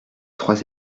trois